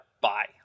Bye